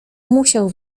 musiał